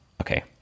Okay